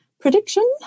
prediction